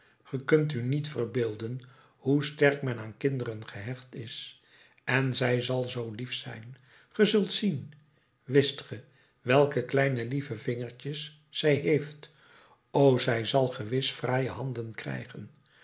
ge kunt u niet verbeelden hoe sterk men aan kinderen gehecht is en zij zal zoo lief zijn ge zult zien wist ge welke kleine lieve vingertjes zij heeft o zij zal gewis fraaie handen krijgen